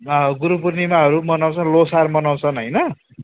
गुरु पुर्णिमाहरू मनाउँछन् लोसार मनाउँछन् होइन